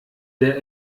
der